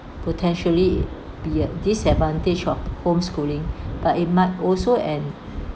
potentially be a disadvantage of home schooling but it might also en~